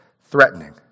threatening